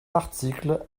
article